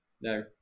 No